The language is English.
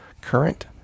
Current